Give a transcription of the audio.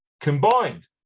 combined